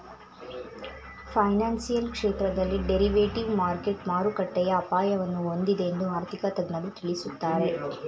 financial ಕ್ಷೇತ್ರದಲ್ಲಿ derivative market ಮಾರುಕಟ್ಟೆಯ ಅಪಾಯವನ್ನು ಹೊಂದಿದೆ ಎಂದು ಆರ್ಥಿಕ ತಜ್ಞರು ತಿಳಿಸುತ್ತಾರೆ